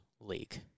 league